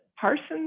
Parsons